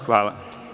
Hvala.